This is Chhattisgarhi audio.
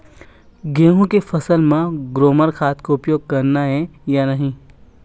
गेहूं के फसल म ग्रोमर खाद के उपयोग करना ये या नहीं?